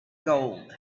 gold